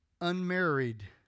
unmarried